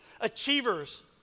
Achievers